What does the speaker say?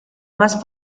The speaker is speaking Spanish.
más